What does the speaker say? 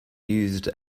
used